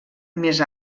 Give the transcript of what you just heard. més